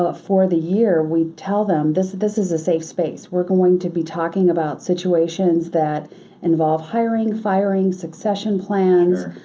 ah for the year, we tell them, this this is a safe space. we're going to be talking about situations that involve hiring, firing, succession plans,